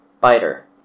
Biter